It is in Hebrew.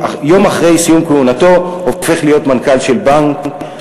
יום אחרי סיום כהונתו הופך להיות מנכ"ל של בנק,